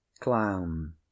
clown